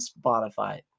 Spotify